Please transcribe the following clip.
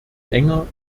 enger